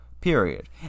period